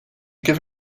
give